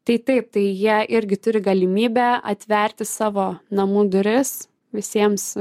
tai taip tai jie irgi turi galimybę atverti savo namų duris visiems